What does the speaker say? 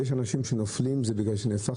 יש אנשים שנופלים בגלל שזה נהפך